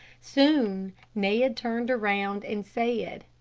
soon ned turned around and said,